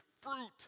fruit